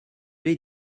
l’ai